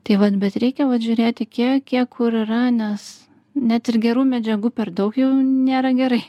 tai vat bet reikia žiūrėti kiek kiek kur yra nes net ir gerų medžiagų per daug jau nėra gerai